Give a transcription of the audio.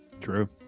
True